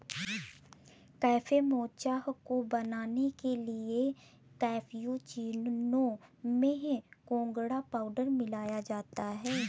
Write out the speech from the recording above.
cafe mocha को बनाने के लिए कैप्युचीनो में कोकोडा पाउडर मिलाया जाता है